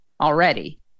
already